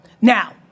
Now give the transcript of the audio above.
Now